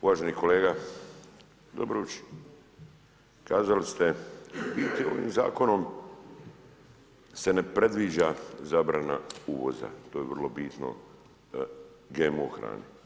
Uvaženi kolega Dobrović, kazali ste nigdje ovim zakonom se ne predviđa zabrana uvoza, to je vrlo bitno, GMO hrane.